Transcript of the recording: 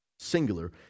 Singular